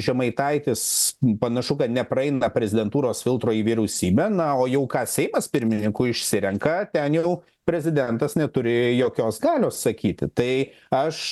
žemaitaitis panašu kad nepraeina prezidentūros filtro į vyriausybę na o jau ką seimas pirmininku išsirenka ten jau prezidentas neturi jokios galios sakyti tai aš